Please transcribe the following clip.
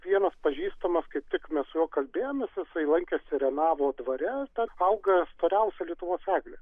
vienas pažįstamas kaip tik mes su juo kalbėjomės jisai lankėsi renavo dvare ten auga storiausia lietuvos eglė